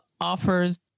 offers